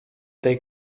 tej